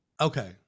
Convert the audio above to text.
Okay